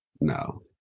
no